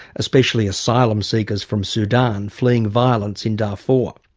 especially asylum seekers from sudan, fleeing violence in darfur.